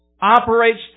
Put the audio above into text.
operates